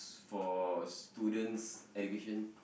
for student's education